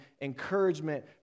encouragement